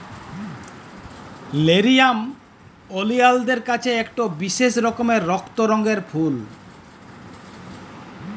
লেরিয়াম ওলিয়ালদের হছে ইকট বিশেষ রকমের রক্ত রঙের ফুল